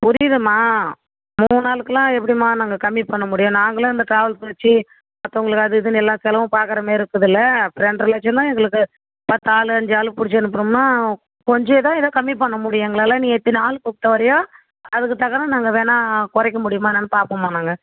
புரியுதும்மா மூணு ஆளுக்கெலாம் எப்படிம்மா நாங்கள் கம்மி பண்ண முடியும் நாங்களே அந்த டிராவல்ஸ் வெச்சு மற்றவுங்களுக்கு அது இதுன்னு எல்லா செலவும் பார்க்கற மாரி இருக்குதுலை அப்போ ரெண்ட்ரை லட்சம் தான் எங்களுக்கு பத்து ஆள் அஞ்சு ஆள் புடிச்சு அனுப்பணும்னா கொஞ்சம் ஏதா இது கம்மி பண்ண முடியும் எங்களால் நீ எத்தனை ஆள் கூப்பிட்டு வரியோ அதுக்கு தகுந்து நாங்கள் வேணால் குறைக்க முடியுமா என்னான்னு பார்ப்போம்மா நாங்கள்